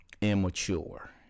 immature